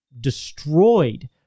destroyed